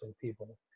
people